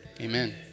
amen